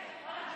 התשפ"א 2021,